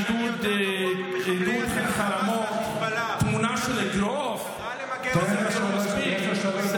עידוד חרמות, הוא קרא למגר אותי מהמרחב הציבורי.